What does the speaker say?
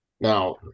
Now